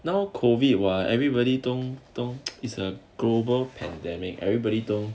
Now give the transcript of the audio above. now COVID [what] everybody don't don't don't it's a global pandemic everybody don't